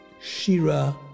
Shira